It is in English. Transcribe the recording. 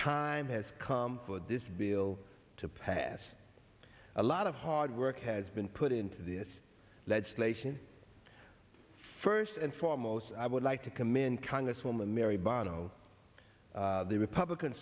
time has come for this bill to pass a lot of hard work has been put into this legislation first and foremost i would like to commend congresswoman mary bono the republican